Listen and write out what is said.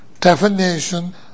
definition